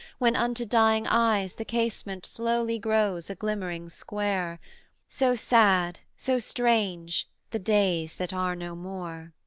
when unto dying eyes the casement slowly grows a glimmering square so sad, so strange, the days that are no more.